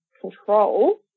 control